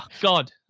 God